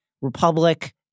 Republic